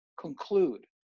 conclude